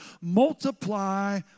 Multiply